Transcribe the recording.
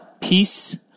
peace